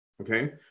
okay